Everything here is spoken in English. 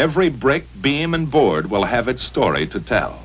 every brick beam and board will have a story to tell